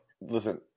Listen